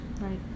Right